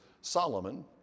Solomon